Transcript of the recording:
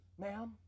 ma'am